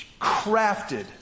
crafted